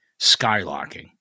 Skylocking